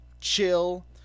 chill